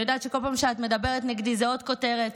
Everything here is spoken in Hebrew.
אני יודעת שכל פעם שאת מדברת נגדי זה עוד כותרות